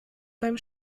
beim